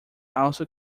also